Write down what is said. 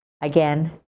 Again